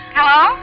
Hello